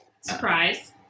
Surprise